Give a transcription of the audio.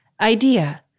idea